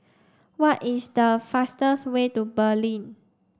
what is the fastest way to Berlin